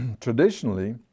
traditionally